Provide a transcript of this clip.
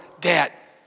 debt